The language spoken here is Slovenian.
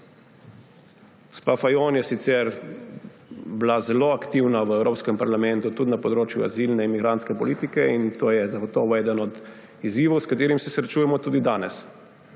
Fajon je sicer bila zelo aktivna v Evropskem parlamentu, tudi na področju azilne in migrantske politike, in to je zagotovo eden od izzivov, s katerim se srečujemo tudi danes.